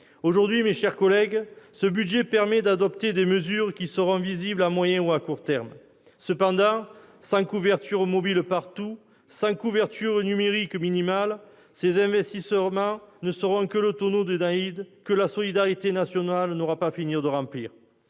l'égalité républicaine. Ce budget permet d'adopter des mesures qui seront visibles à moyen ou à court terme. Cependant, sans couverture mobile partout, sans couverture numérique minimale, ces investissements seront un tonneau des Danaïdes que la solidarité nationale n'aura pas fini de remplir